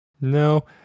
No